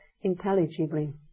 intelligibly